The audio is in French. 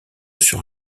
sur